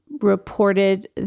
reported